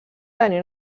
tenir